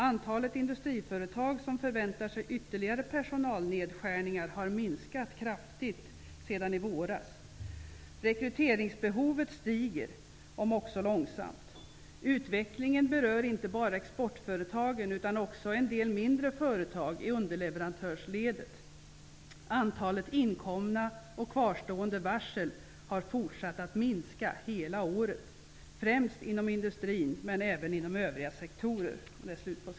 Antalet industriföretag som förväntar sig ytterligare personalnedskärningar har minskat kraftigt sedan i våras. Rekryteringsbehovet stiger, om också långsamt. Utvecklingen berör inte bara exportföretagen utan också en del mindre företag i underleverantörsledet. Antalet inkomna och kvarstående varsel har fortsatt att minska hela året, främst inom industrin men även inom övriga sektorer.''